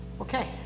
Okay